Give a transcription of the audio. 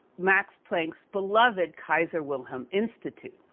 max planck's beloved, kaiser wilhelm institute.